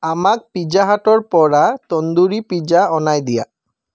আমাক পিজ্জা হাটৰ পৰা টণ্ডুৰী পিজ্জা অনাই দিয়া